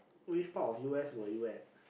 which part of u_s were you at